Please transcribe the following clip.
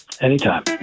Anytime